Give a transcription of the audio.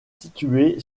situé